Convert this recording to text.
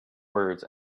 words